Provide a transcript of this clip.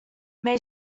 may